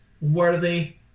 worthy